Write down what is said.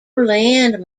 land